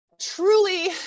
truly